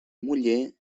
muller